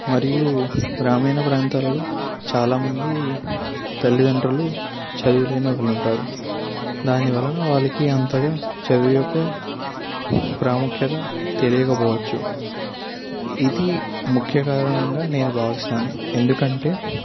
మరియు గ్రామీణ ప్రాంతాలలో చాలామంది తల్లిదండ్రులు చదువు లేని వాళ్ళు ఉంటారు దాని వలన వాళ్ళకి అంతగా చదువు యొక్క ప్రాముఖ్యత తెలియకపోవచ్చు ఇది ముఖ్య కారణంగా నేను భావిస్తాను ఎందుకంటే